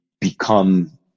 become